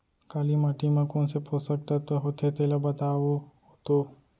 काली माटी म कोन से पोसक तत्व होथे तेला बताओ तो?